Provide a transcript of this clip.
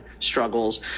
struggles